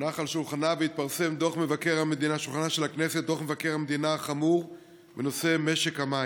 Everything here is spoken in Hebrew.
הונח על שולחנה של הכנסת והתפרסם דוח מבקר המדינה החמור בנושא משק המים.